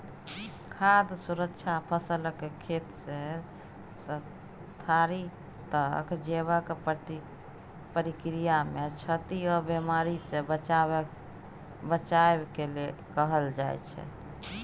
खाद्य सुरक्षा फसलकेँ खेतसँ थारी तक जेबाक प्रक्रियामे क्षति आ बेमारीसँ बचाएब केँ कहय छै